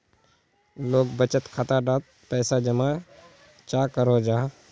लोग बचत खाता डात पैसा जमा चाँ करो जाहा?